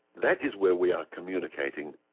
that is where we are communicating,